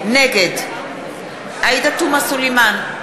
נגד עאידה תומא סלימאן,